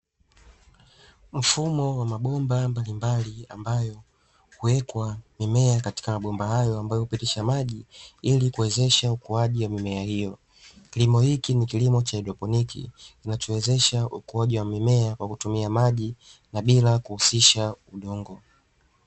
Mfumo wa mabomba mbalimbali, ambayo huwekwa mimea katika mabomba hayo, ambayo hupitisha maji ili kuwezesha ukuaji wa mimea hiyo. Kilimo hiki ni kilimo cha haidroponi kinachowezesha ukuaji wa mimea kwa kutumia maji na bila kuhusisha udongo.